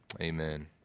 Amen